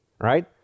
Right